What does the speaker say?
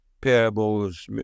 parables